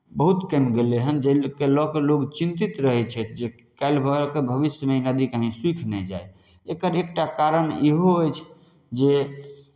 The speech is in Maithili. बहुत कमि गेलै हन जाहिकेँ लऽ कऽ लोक चिन्तित रहै छथि जे काल्हि भऽ कऽ भविष्यमे ई नदी कहीँ सूखि नहि जाय एकर एकटा कारण इहो अछि जे